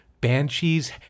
Banshees